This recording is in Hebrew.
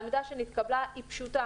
העמדה שנתקבלה היא פשוטה: